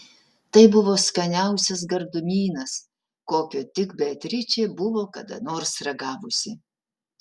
tai buvo skaniausias gardumynas kokio tik beatričė buvo kada nors ragavusi